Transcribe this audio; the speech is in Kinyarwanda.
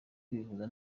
kubihuza